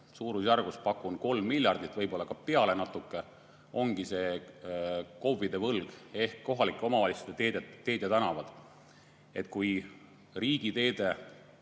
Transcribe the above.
suurusjärgus, pakun, 3 miljardit, võib-olla ka natuke peale, ongi see KOV‑ide võlg ehk kohalike omavalitsuste teed ja tänavad. Kui riigiteede